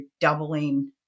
doubling